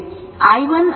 i1 i2